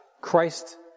Christ